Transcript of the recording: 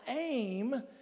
aim